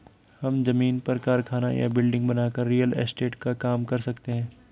हम जमीन पर कारखाना या बिल्डिंग बनाकर रियल एस्टेट का काम कर सकते है